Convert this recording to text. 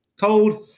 Cold